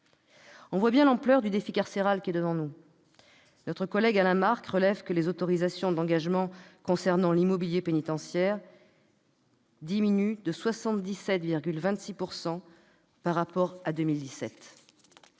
On voit bien l'ampleur du défi carcéral qui est devant nous. Notre collègue Alain Marc relève que les autorisations d'engagement relatives à l'immobilier pénitentiaire diminuent de 77,26 % par rapport à 2017.